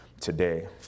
today